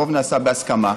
הרוב נעשה בהסכמה,